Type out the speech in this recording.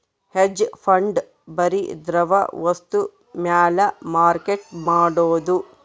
hedge fund ಬರಿ ದ್ರವ ವಸ್ತು ಮ್ಯಾಲ ಮಾರ್ಕೆಟ್ ಮಾಡೋದು